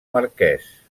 marquès